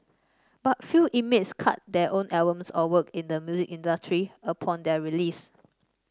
but few inmates cut their own albums or work in the music industry upon their release